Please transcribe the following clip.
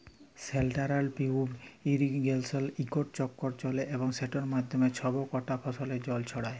central pivot ইরিগেসলে ইকট চক্কর চলে এবং সেটর মাধ্যমে ছব কটা ফসলে জল ছড়ায়